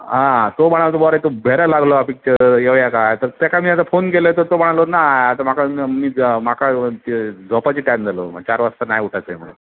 हां तो म्हणा बरं तो बेऱ्या लागला पिक्चर येवया का तर त्याका मी आता फोन केलं तर तो म्हणालो ना आता माका मी माका झोपायचो टाइम झालो चार वाजता नाही उठाचं म्हणून